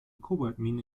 kobaltmine